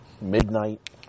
midnight